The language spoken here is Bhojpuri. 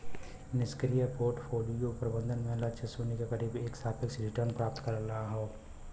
निष्क्रिय पोर्टफोलियो प्रबंधन में लक्ष्य शून्य के करीब एक सापेक्ष रिटर्न प्राप्त करना हौ